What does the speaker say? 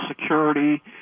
Security